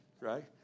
right